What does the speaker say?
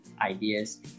ideas